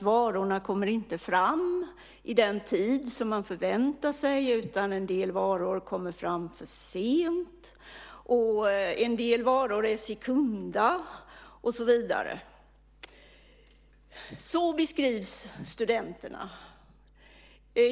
Varor kommer inte fram i den tid som man förväntar sig, en del varor kommer fram för sent, en del varor är sekunda och så vidare. Så beskrivs studenterna.